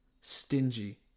stingy